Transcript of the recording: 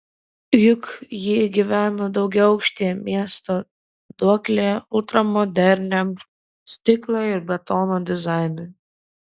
juk ji gyveno daugiaaukštyje miesto duoklėje ultramoderniam stiklo ir betono dizainui